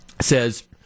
says